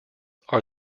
are